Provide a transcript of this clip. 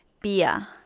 beer